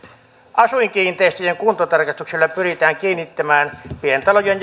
asuinkiinteistöjen kuntotarkastuksilla pyritään kiinnittämään pientalojen